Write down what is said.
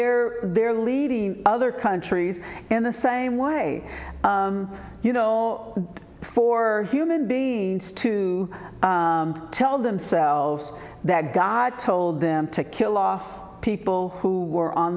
they're they're leading other countries in the same way you know for human beings to tell themselves that god told them to kill off people who were on